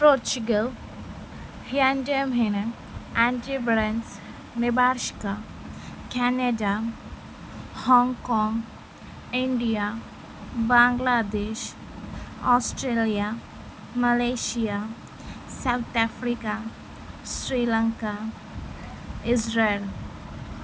Portugal హ్యాన్జఎంహేనె అన్జ్రీబ్రన్స్ నిబార్షిక Canada Hong Kong India Bangladesh Australia Malaysia South Africa Sri Lanka Israel